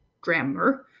grammar